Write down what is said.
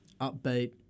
upbeat